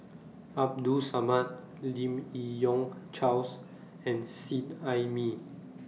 Abdul Samad Lim Yi Yong Charles and Seet Ai Mee